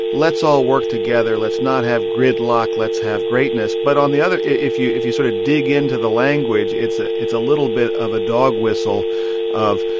let's all work together. let's not have gridlock. let's have greatness. but on the other if you if you sort of dig into the language, it's ah it's a little bit of a dog whistle of,